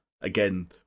again